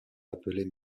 appelés